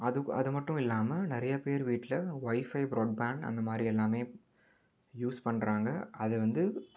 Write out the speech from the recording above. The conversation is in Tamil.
அது அது மட்டும் இல்லாமல் நிறைய பேர் வீட்டில் வைஃபை ப்ராட்பேண்ட் அந்த மாதிரி எல்லாம் யூஸ் பண்ணுறாங்க அது வந்து